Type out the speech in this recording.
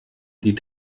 die